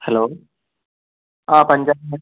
hello ആ Punjab bank